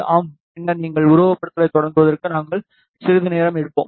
ஆம் பின்னர் நீங்கள் உருவகப்படுத்துதலைத் தொடங்குவதற்கு நாங்கள் சிறிது நேரம் எடுப்போம்